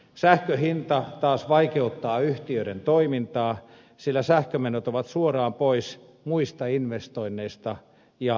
sähkön hinta taas vaikeuttaa yhtiöiden toimintaa sillä sähkömenot ovat suoraan pois muista investoinneista ja työllistämisestä